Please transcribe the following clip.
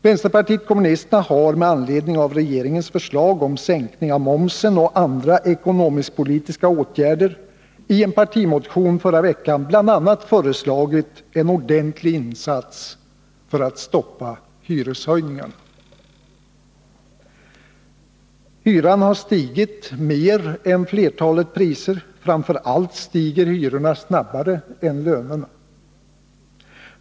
Vänsterpartiet kommunisterna har med anledning av regeringens förslag om sänkning av momsen och andra ekonomisk-politiska åtgärder i en partimotion förra veckan bl.a. föreslagit en ordentlig insats för att stoppa hyreshöjningarna. Hyran har stigit mer än flertalet priser, framför allt stiger hyrorna snabbare än lönerna.